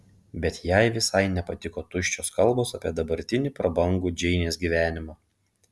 bet jai visai nepatiko tuščios kalbos apie dabartinį prabangų džeinės gyvenimą